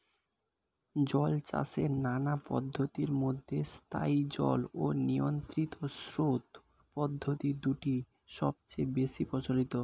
জলচাষের নানা পদ্ধতির মধ্যে স্থায়ী জল ও নিয়ন্ত্রিত স্রোত পদ্ধতি দুটি সবচেয়ে বেশি প্রচলিত